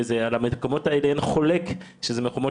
על המקומות האלה אין חולק שזה מקומות